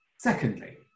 Secondly